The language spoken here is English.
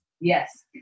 Yes